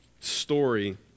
story